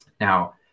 Now